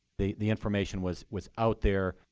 the the information was was out there.